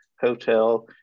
hotel